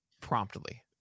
promptly